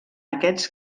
aquests